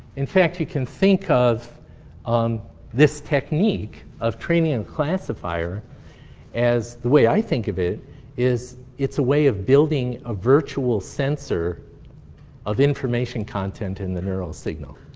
in fact, we can think of um this technique of training and classifier as the way i think of it is it's a way of building a virtual sensor of information content in the neural signal.